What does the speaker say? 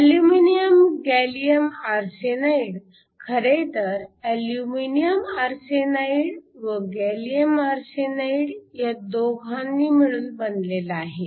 aluminium gallium arsenide खरेतर aluminium arsenide व gallium arsenide ह्या दोघांनी मिळून बनलेला आहे